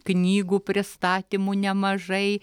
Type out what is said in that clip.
knygų pristatymų nemažai